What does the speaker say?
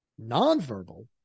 nonverbal